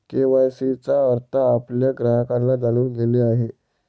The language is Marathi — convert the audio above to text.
के.वाई.सी चा अर्थ आपल्या ग्राहकांना जाणून घेणे आहे